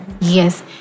Yes